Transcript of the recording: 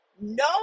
no